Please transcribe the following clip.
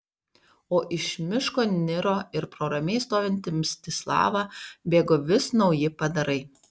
o iš miško niro ir pro ramiai stovintį mstislavą bėgo vis nauji padarai